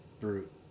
brute